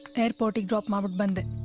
airport in um and